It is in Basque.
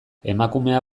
emakumea